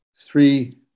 Three